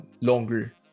longer